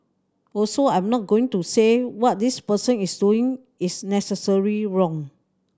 also I'm not going to say what this person is doing is necessarily wrong